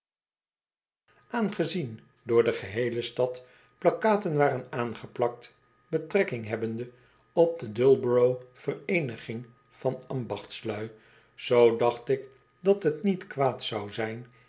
aangezien door de geheele stad plakkaten waren aangeplakt betrekking hebbende op de dullborough vereeniging van ambachtslui zoo dacht ik dat het niet kwaad zou zijn